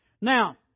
Now